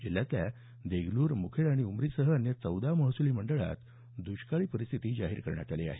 जिल्ह्यातल्या देगलूर मुखेड आणि उमरीसह अन्य चौदा महसूल मंडळात दुष्काळी परिस्थिती जाहीर करण्यात आली आहे